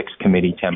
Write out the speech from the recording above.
committee